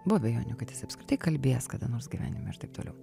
buvo abejonių kad jis apskritai kalbės kada nors gyvenime ir taip toliau